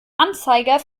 anzeiger